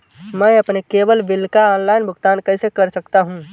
मैं अपने cable bill का ऑनलाइन भुगतान कैसे कर सकता हूं?